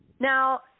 Now